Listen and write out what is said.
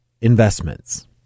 investments